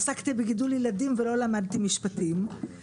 עסקתי בגידול ילדים ולא למדתי משפטים.